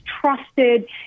trusted